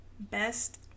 Best